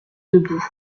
debout